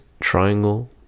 triangle